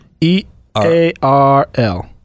E-A-R-L